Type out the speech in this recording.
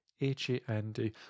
H-A-N-D